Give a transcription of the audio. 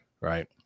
right